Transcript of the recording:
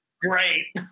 great